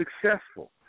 successful